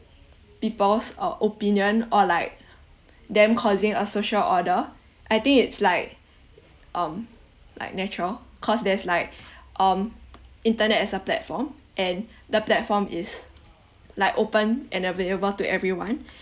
people's uh opinion or like them causing a social order I think it's like um like natural cause that's like um internet as a platform and the platform is like open and available to everyone